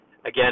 Again